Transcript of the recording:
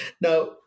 Now